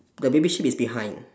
the baby sheep is behind